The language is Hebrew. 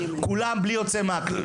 כולם בלי יוצא מהכלל,